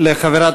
לחברת